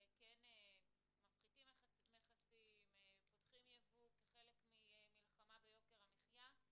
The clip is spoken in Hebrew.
שכן מפחיתים מכסים ופותחים יבוא כחלק ממלחמה ביוקר המחיה.